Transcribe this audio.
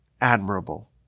admirable